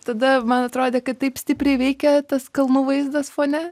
tada man atrodė kad taip stipriai veikia tas kalnų vaizdas fone